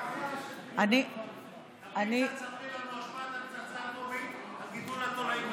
ספרי לנו על השפעת הפצצה האטומית על גידול התולעים בארץ.